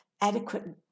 adequate